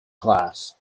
class